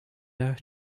her